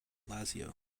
lazio